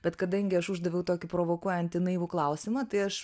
bet kadangi aš uždaviau tokį provokuojantį naivų klausimą tai aš